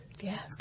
Yes